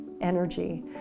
energy